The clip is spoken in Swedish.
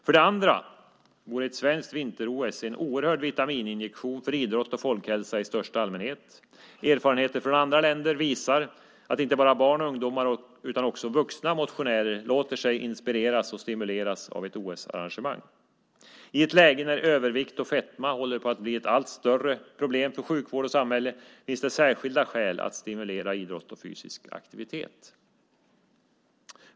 För det andra vore ett svenskt vinter-OS en oerhörd vitamininjektion för idrott och folkhälsa i största allmänhet. Erfarenheter från andra länder visar att inte bara barn och ungdomar utan också vuxna motionärer låter sig inspireras och stimuleras av ett OS-arrangemang. I ett läge när övervikt och fetma håller på att bli ett allt större problem för sjukvård och samhälle finns det särskilda skäl att stimulera idrott och fysisk aktivitet.